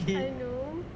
I know